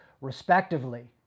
respectively